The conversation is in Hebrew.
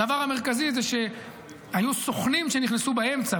הדבר המרכזי הוא שהיו סוכנים שנכנסו באמצע,